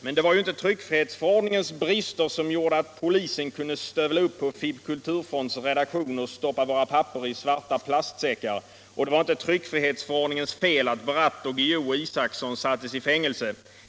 Men det var ju inte Tryckfrihetsförordningens brister som gjorde att polisen kunde stövla upp på FiB/k:s redaktion och stoppa våra papper i svarta plastsäckar och det var inte Tryckfrihetsförordningens fel att Bratt och Guillou och Isacson sattes i fängelse.